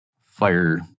fire